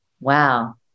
Wow